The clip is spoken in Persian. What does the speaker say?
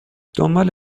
دنبال